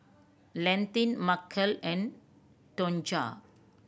Landin Markell and Tonja